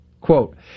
Quote